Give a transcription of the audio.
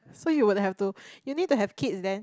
so you would have to you need to have kids then